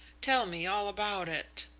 tell me all about it.